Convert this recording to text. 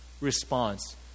response